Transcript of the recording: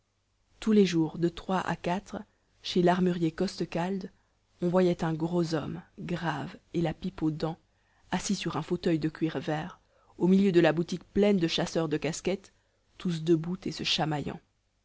tous les jours de trois à quatre chez i'armurier costecalde on voyait un gros homme grave et la pipe aux dents assis sur un fauteuil de cuir vert au milieu de la boutique pleine de chasseurs de casquettes tous debout et se chamaillant